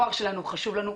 הנוער הזה חשוב לנו,